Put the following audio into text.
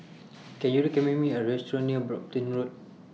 Can YOU recommend Me A Restaurant near Brompton Road